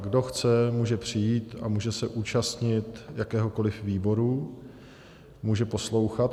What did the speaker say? Kdo chce, může přijít a může se účastnit jakéhokoli výboru, může poslouchat.